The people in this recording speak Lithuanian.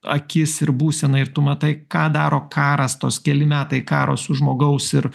akis ir būseną ir tu matai ką daro karas tos keli metai karo su žmogaus ir